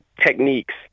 techniques